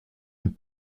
une